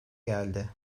geldi